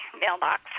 mailbox